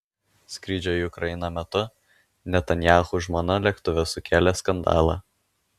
skrydžio į ukrainą metu netanyahu žmona lėktuve sukėlė skandalą